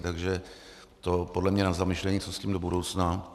Takže to je podle mě na zamyšlení, co s tím do budoucna.